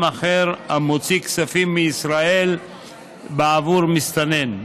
אחר המוציא כספים מישראל בעבור מסתנן.